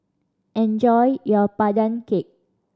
enjoy your Pandan Cake